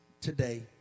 today